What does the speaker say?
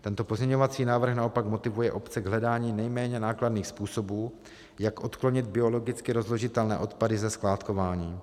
Tento pozměňovací návrh naopak motivuje obce k hledání nejméně nákladných způsobů, jak odklonit biologicky rozložitelné odpady ze skládkování.